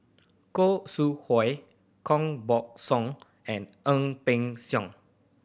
Khoo Sui Hoe Koh Buck Song and Ang Peng Siong